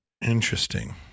Interesting